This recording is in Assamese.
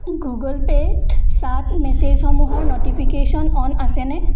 গুগ'ল পে'ত চাট মেছেজসমূহৰ ন'টিফিকেশ্যন অ'ন আছেনে